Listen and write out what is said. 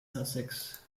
sussex